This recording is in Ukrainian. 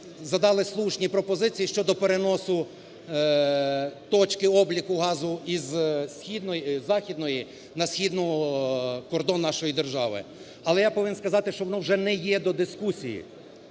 задали слушні пропозиції щодо переносу точки обліку газу із західної та східний кордон нашої держави. Але я повинен сказати, що воно вже не є до дискусії,